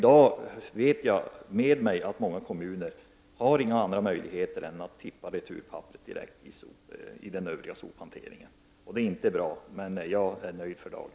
Jag vet med mig att många kommuner inte har några andra möjligheter än att låta returpappret gå direkt till den övriga sophanteringen. Det är inte bra, men jag är nöjd för dagen.